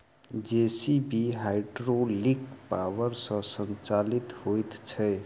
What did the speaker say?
JCB hydraulic power सॅ संचालित होइत छै